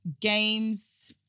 Games